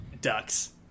ducks